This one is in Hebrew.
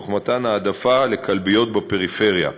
תוך מתן העדפה לכלביות בפריפריה.